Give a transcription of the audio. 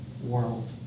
world